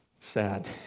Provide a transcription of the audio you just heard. sad